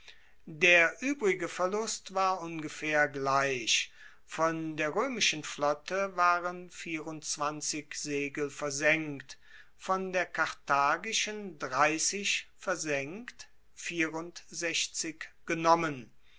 der uebrige verlust war ungefaehr gleich von der roemischen flotte waren segel versenkt von der karthagischen versenkt genommen